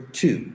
two